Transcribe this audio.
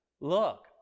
Look